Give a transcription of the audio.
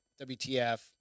WTF